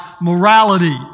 morality